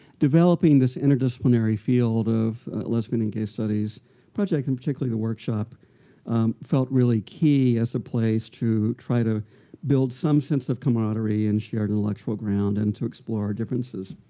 developing this interdisciplinary field of lesbian and gay studies project and particularly the workshop felt really key as a place to try to build some sense of camaraderie and shared intellectual ground. and to explore our differences.